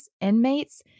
inmates